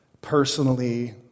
personally